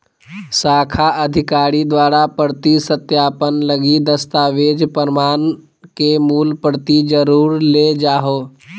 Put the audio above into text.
शाखा अधिकारी द्वारा प्रति सत्यापन लगी दस्तावेज़ प्रमाण के मूल प्रति जरुर ले जाहो